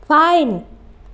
fine